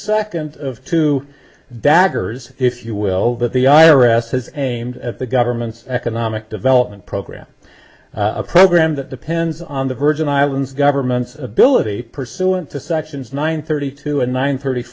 second of two daggers if you will but the i r s has an at the government's economic development program a program that depends on the virgin islands government's ability pursuant to sections nine thirty two and nine thirty